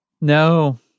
No